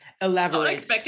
Elaborate